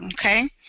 Okay